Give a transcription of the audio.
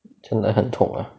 真的很痛 ah